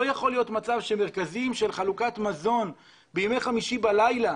לא יכול להיות מצב שלמרכזים של חלוקת מזון בימי חמישי בלילה,